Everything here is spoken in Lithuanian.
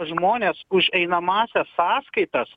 žmonės už einamąsias sąskaitas